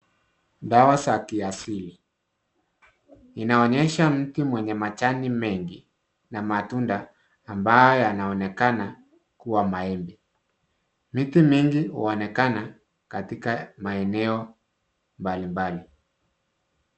Dawa za kiasili, inaonyesha mti mwenye majani mengi na matunda ambayo yanaonekana kuwa maembe. Miti mingi huonekana katika maeneo mbalimbali.